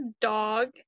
dog